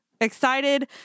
Excited